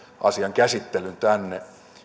asian käsittelyn tänne